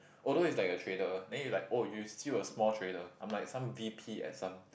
although is like a trader then you like oh you still a small trader I'm like some v_p at some